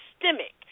systemic